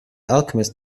alchemist